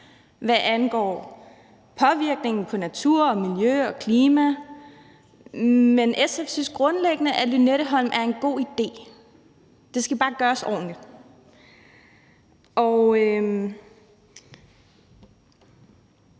hvad angår påvirkning af natur, miljø og klima, men SF synes grundlæggende, at Lynetteholm er en god idé. Det skal bare gøres ordentligt.